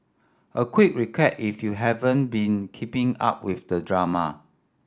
a quick recap if you haven't been keeping up with the drama